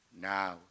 now